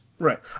Right